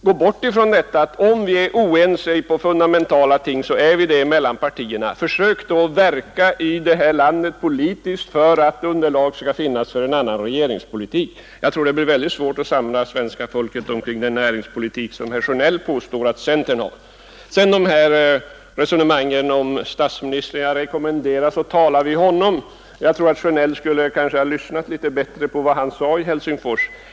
Är partierna oense om fundamentala ting, så är det herr Sjönells uppgift att verka för att det blir en annan regeringspolitik. Men jag tror att det blir väldigt svårt att samla svenska folket kring den näringspolitik som herr Sjönell påstår att centern har. Så har herr Sjönell rekommenderat mig att tala med statsministern. Herr Sjönell borde nog ha lyssnat litet bättre till vad statsministern sade i Helsingfors.